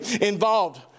involved